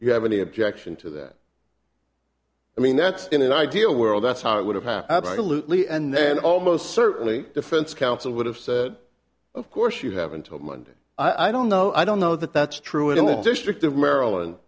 you have any objection to that i mean that in an ideal world that's how it would have happened to lute lee and then almost certainly defense counsel would have said of course you have until monday i don't know i don't know that that's true in the district of maryland